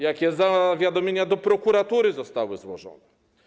Jakie zawiadomienia do prokuratury zostały złożone?